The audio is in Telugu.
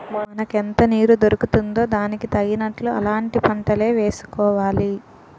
మనకెంత నీరు దొరుకుతుందో దానికి తగినట్లు అలాంటి పంటలే వేసుకోవాలి